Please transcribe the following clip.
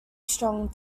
strong